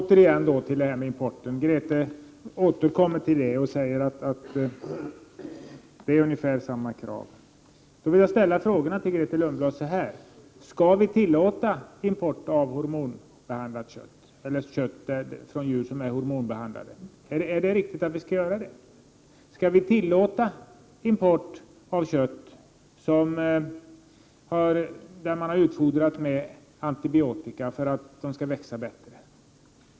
Herr talman! Jag vill återanknyta till frågan om importen. Grethe Lundblad säger att kraven är ungefär desamma. Då vill jag ställa följande frågor till Grethe Lundblad: Skall vi tillåta import av kött från djur som är hormonbehandlade? Är det riktigt att vi skall göra det? Skall vi tillåta import av kött från djur som har utfodrats med antibiotika för att de skall växa bättre?